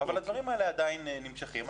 אבל הדברים האלה עדיין נמשכים.